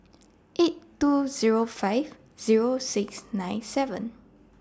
eight two Zero five Zero six nine seven